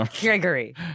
Gregory